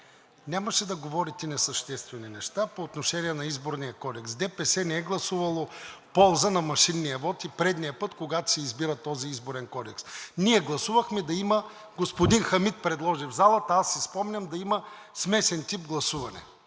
нямаше да говорите несъществени неща по отношение на Изборния кодекс. ДПС не е гласувало в полза на машинния вот и предишния път, когато се избира този Изборен кодекс. Ние гласувахме – господин Хамид предложи в залата, аз си спомням, да има смесен тип гласуване.